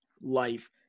life